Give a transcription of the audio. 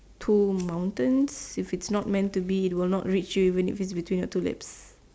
two mountains if it's not meant to be it will not even reach you even if it's between your two laps